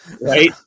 Right